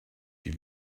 die